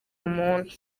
umuntu